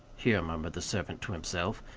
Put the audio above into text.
here murmured the servant to himself,